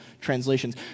translations